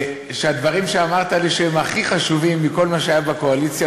שהדברים שאמרת לי שהם הכי חשובים מכל מה שהיה בקואליציה,